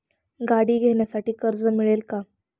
गाडी घेण्यासाठी कर्ज मिळेल का?